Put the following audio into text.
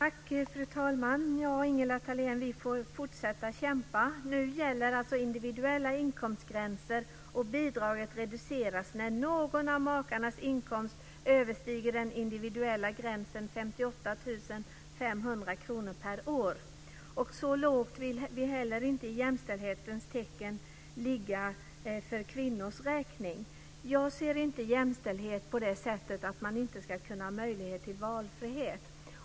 Fru talman! Vi får fortsätta att kämpa, Ingela Thalén. Nu gäller individuella inkomstgränser, och bidraget reduceras när någon av makarnas inkomst överstiger den individuella gränsen 58 500 kr per år. Så lågt vill vi heller inte ligga i jämställdhetens tecken för kvinnors räkning. Jag ser inte jämställdhet på det sättet att man inte ska kunna ha möjlighet till valfrihet.